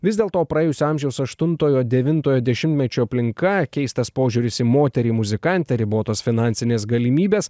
vis dėl to praėjusio amžiaus aštuntojo devintojo dešimtmečio aplinka keistas požiūris į moterį muzikantę ribotos finansinės galimybės